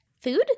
Food